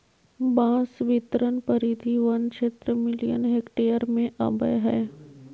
बांस बितरण परिधि वन क्षेत्र मिलियन हेक्टेयर में अबैय हइ